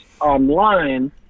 online